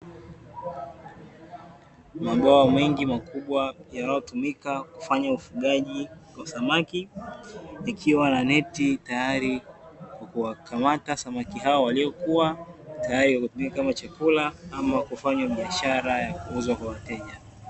Mabwawa mengi makubwa yanayotumika kufanya ufugaji wa samaki, ikiwa na neti tayari kwa kuwakamata samaki hao waliokua, tayari wanaotumika kama chakula ama kufanywa biashara ya kuuzwa kwa wateja.